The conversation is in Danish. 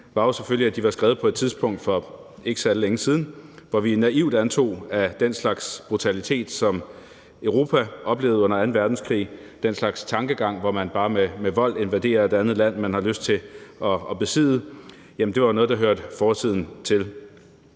var jo selvfølgelig, at de var skrevet på et tidspunkt for ikke særlig længe siden, hvor vi naivt antog, at den slags brutalitet, som Europa oplevede under anden verdenskrig, den slags tankegang, hvor man bare med vold invaderer et andet land, man har lyst til at besidde, var noget, der hørte fortiden til.